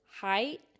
height